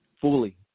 fully